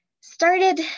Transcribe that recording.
started